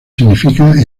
significa